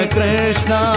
Krishna